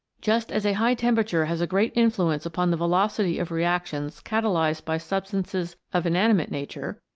just as a high temperature has a great influence upon the velocity of reactions catalysed by sub stances of inanimate nature,